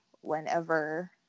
whenever